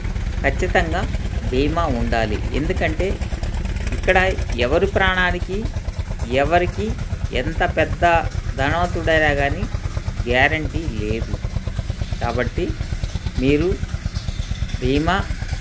ఖచ్చితంగా బీమా ఉండాలి ఎందుకంటే ఇక్కడ ఎవరు ప్రాణానికి ఎవరికి ఎంత పెద్ద ధనవంతుడైనా కానీ గ్యారంటీ లేదు కాబట్టి మీరు బీమా